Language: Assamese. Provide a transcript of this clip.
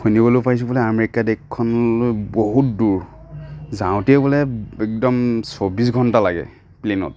শুনিবলৈ পাইছোঁ বুলে আমেৰিকা দেশখনলৈ বহুত দূৰ যাওঁতেই বোলে একদম চৌব্বিছ ঘণ্টা লাগে প্লেনত